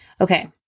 Okay